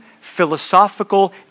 philosophical